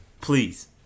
Please